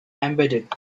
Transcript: embedded